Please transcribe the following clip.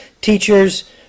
teachers